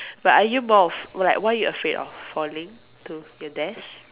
but are you more of what what you afraid of falling to your death